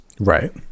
Right